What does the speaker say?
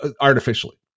artificially